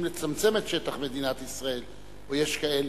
לצמצם את שטח מדינת ישראל או יש כאלה.